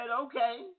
okay